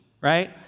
right